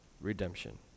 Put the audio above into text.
redemption